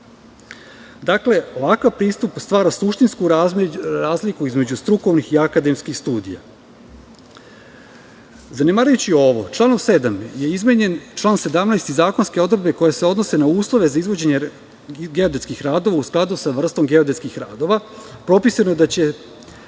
godine. Ovakav pristup stvara suštinsku razliku između strukovnih i akademskih studija. Zanemarujući ovo članom 7. je izmenjen član 17. i zakonske odredbe koje se odnose na uslove za izvođenje geodetskih radova, u skladu sa vrstom geodetskih radova. Propisano je da će